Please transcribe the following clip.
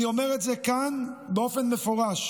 אני אומר את זה כאן באופן מפורש.